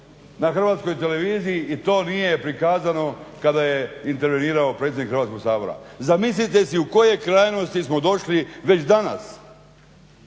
je izrezano na HTV-u i to nije prikazano kada je intervenirao predsjednik Hrvatskog sabora. Zamislite si u koje krajnosti smo došli već danas,